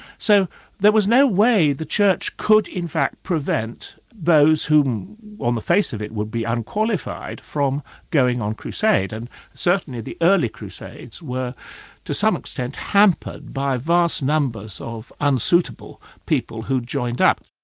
so there was no way the church could in fact prevent those who on the face of it would be unqualified from going on crusade, and certainly the early crusades were to some extent hampered by vast numbers of unsuitable people who joined up.